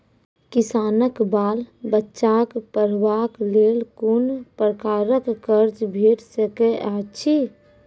किसानक बाल बच्चाक पढ़वाक लेल कून प्रकारक कर्ज भेट सकैत अछि?